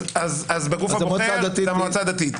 אז בגוף הבוחר למועצה הדתית.